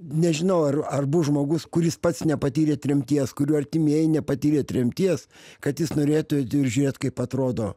nežinau ar ar ar bus žmogus kuris pats nepatyrė tremties kurių artimieji nepatyrė tremties kad jis norėtų žiūrėt kaip atrodo